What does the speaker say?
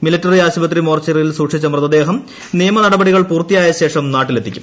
military ആശുപത്രി മോർച്ചറിയിൽ സൂക്ഷിച്ചിട്ടുള്ള മൃതദേഹം നിയമനടപടികൾ പൂർത്തിയായ ശേഷം നാട്ടിലെത്തിക്കും